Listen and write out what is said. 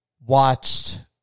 watched